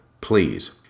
please